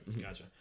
gotcha